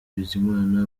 bizimana